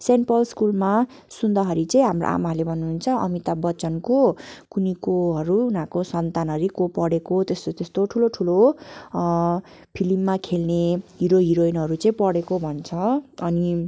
saint Paul's स्कुलमा सुन्दाखेरि चाहिँ हाम्रो आमाहरूले भन्नुहुन्छ अमिताभ बच्चनको कुनी कोहरू उनीहरूको सन्तानहरू नै को पढेको त्यस्तो त्यस्तो ठुलो ठुलो फ्लिममा खेल्ने हिरो हिरोइनहरू चाहिँ पढेको भन्छ अनि